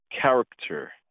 character